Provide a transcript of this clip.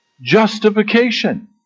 justification